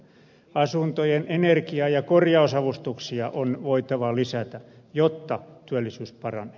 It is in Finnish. asuntojen energia ja korjausavustuksia on voitava lisätä jotta työllisyys paranee